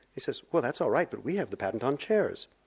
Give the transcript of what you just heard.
he says well that's alright but we have the patent on chairs.